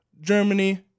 Germany